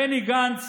בני גנץ